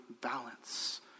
balance